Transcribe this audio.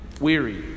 weary